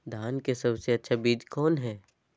धान की सबसे अच्छा बीज कौन है?